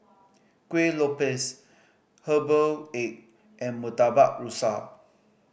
Kueh Lopes herbal egg and Murtabak Rusa